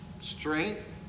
strength